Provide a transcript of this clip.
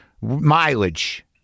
mileage